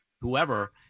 whoever